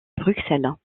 bruxelles